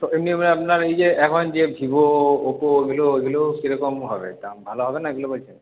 তো এমনি আপনার এই যে এখন যে ভিভো ওপো ওইগুলো ওইগুলো কী রকম হবে দাম ভাল হবে না